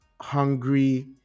hungry